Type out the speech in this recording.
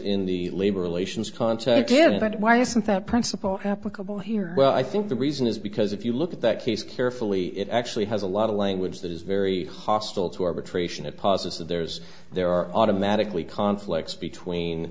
in the labor relations concept give it why isn't that principle applicable here well i think the reason is because if you look at that case carefully it actually has a lot of language that is very hostile to arbitration that posits that there's there are automatically conflicts between